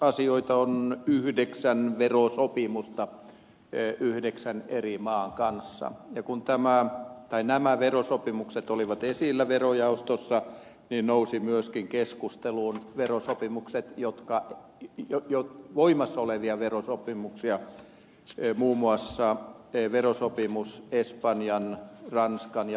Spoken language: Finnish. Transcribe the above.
päiväjärjestysasioina on yhdeksän verosopimusta yhdeksän eri maan kanssa ja kun nämä verosopimukset olivat esillä verojaostossa niin nousivat myöskin keskusteluun verosopimukset jotka ovat voimassa olevia verosopimuksia muun muassa verosopimus espanjan ranskan ja portugalin kanssa